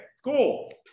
Cool